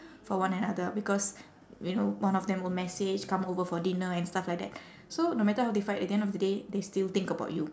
for one another because you know one of them will message come over for dinner and stuff like that so no matter how they fight at the end of the day they still think about you